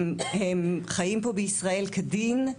הם חיים פה בישראל כדין.